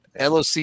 LOC